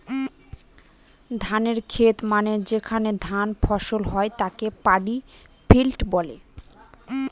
ধানের খেত মানে যেখানে ধান ফসল হয় তাকে পাডি ফিল্ড বলে